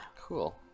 Cool